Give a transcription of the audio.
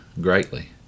greatly